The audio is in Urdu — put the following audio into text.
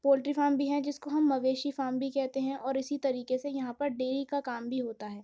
پولٹری فام بھی ہیں جس کو ہم مویشی فام بھی کہتے ہیں اور اسی طریقے سے یہاں پر ڈیری کا کام بھی ہوتا ہے